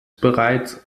bereits